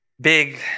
Big